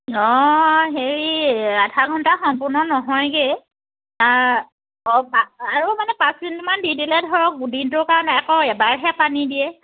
অঁ হেৰি আধা ঘণ্টা সম্পূৰ্ণ নহয়গে অঁ আৰু মানে পাঁচ মিনিটমান দি দিলে ধৰক দিনটোৰ কাৰণে আকৌ এবাৰহে পানী দিয়ে